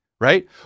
right